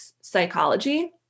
psychology